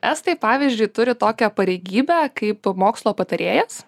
estai pavyzdžiui turi tokią pareigybę kaip mokslo patarėjas